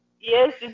Yes